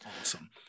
awesome